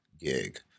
gig